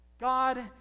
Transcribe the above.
god